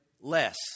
less